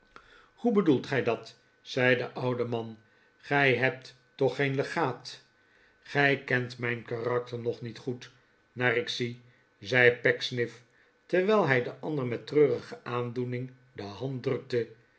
hoe bedoelt gii dat zei de oude man gij hebt toch geen legaat gij kent mijn karakter nog niet goed naar ik zie zei pecksniff terwijl hij den ander met treurige aandoening de hand drukte